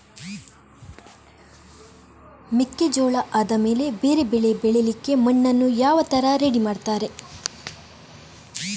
ಮೆಕ್ಕೆಜೋಳ ಆದಮೇಲೆ ಬೇರೆ ಬೆಳೆ ಬೆಳಿಲಿಕ್ಕೆ ಮಣ್ಣನ್ನು ಯಾವ ತರ ರೆಡಿ ಮಾಡ್ತಾರೆ?